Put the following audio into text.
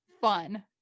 fun